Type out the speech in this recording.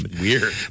weird